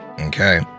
okay